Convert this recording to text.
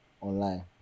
online